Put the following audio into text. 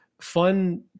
fun